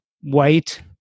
white